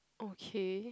okay